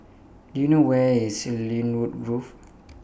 Do YOU know Where IS Lynwood Grove